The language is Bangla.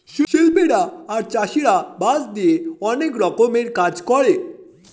শিল্পীরা আর চাষীরা বাঁশ দিয়ে অনেক রকমের কাজ করে